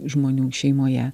žmonių šeimoje